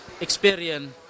experience